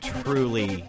truly